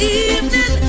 evening